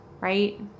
right